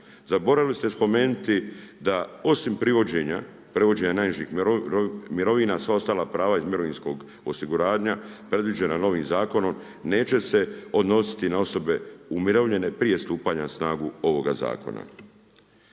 Zaboravili ste spomenuti da osim provođenja najnižih mirovina sva ostala prava iz mirovinskog osiguranja predviđena novim zakonom neće se odnositi na osobe umirovljene prije stupanja na snagu ovoga zakona.